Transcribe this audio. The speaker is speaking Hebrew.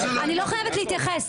אני לא חייבת להתייחס.